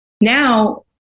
Now